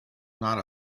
not